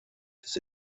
des